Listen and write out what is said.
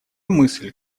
мысль